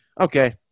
Okay